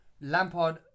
Lampard